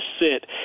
sit